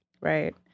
right